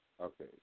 okay